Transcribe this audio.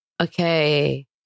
Okay